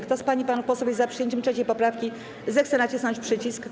Kto z pań i panów posłów jest za przyjęciem 3. poprawki, zechce nacisnąć przycisk.